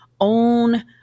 own